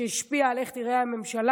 שהשפיע על איך תיראה הממשלה,